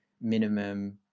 minimum